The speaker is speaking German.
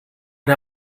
der